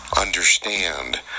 understand